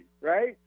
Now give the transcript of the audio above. right